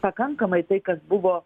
pakankamai tai kas buvo